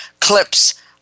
clips